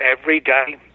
everyday